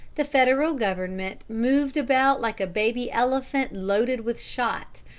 the federal government moved about like a baby elephant loaded with shot,